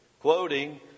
Quoting